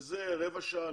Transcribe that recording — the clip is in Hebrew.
לזה רבע שעה,